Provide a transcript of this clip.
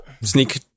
sneak